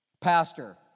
Pastor